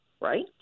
right